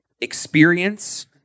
Experience